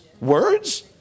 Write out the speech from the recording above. words